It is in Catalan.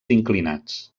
inclinats